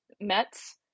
Mets